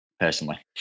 personally